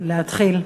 להתחיל.